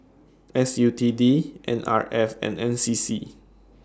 S U T D N R F and N C C